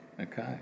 Okay